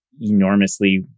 enormously